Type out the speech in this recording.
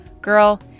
Girl